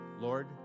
Lord